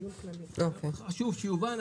חשוב שיובן,